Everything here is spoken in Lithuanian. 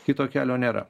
kito kelio nėra